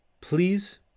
please